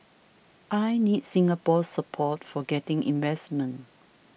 I need Singapore support for getting investment